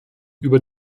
über